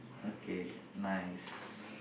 okay nice